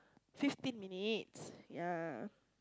fifteen minutes yeah